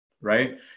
right